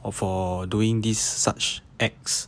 for doing these such acts